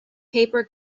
paper